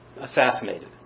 assassinated